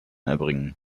erbringen